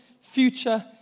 future